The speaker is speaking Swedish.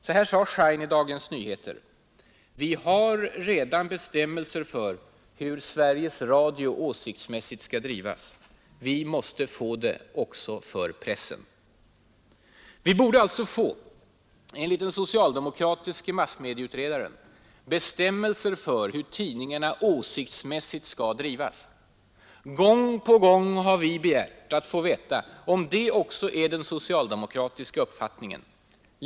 Så här sade Schein i Dagens Nyheter: ”Vi har redan bestämmelser för hur Sveriges Radio-TV åsiktsmässigt skall drivas. Vi måste få det också för pressen.” Vi borde alltså få, enligt den socialdemokratiske massmedieutredaren, bestämmelser för hur tidningarna ”åsiktsmässigt skall drivas”. Gång på gång har vi begärt att få veta om det också är den socialdemokratiska uppfattningen.